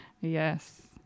Yes